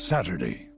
Saturday